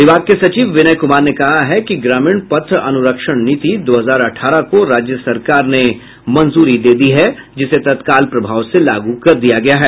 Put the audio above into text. विभाग के सचिव विनय कुमार ने कहा है कि ग्रामीण पथ अनुरक्षण नीति दो हजार अठारह को राज्य सरकार ने मंजूरी दे दी है जिसे तत्काल प्रभाव से लागू कर दिया गया है